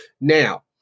Now